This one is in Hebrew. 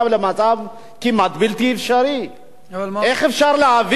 איך אפשר להבין שמשפחה או ילד או ילדה